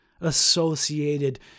associated